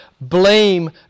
blame